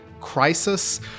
Crisis